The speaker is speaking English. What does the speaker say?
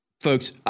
folks